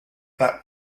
that